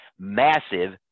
massive